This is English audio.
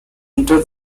enter